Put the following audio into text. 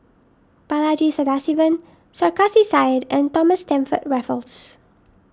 Balaji Sadasivan Sarkasi Said and Thomas Stamford Raffles